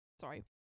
sorry